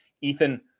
Ethan